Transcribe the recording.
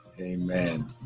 Amen